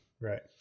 right